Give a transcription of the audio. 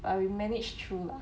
but we managed through lah